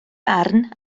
barn